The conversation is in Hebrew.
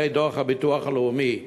וראה דוח הביטוח הלאומי.